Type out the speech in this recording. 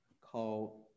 called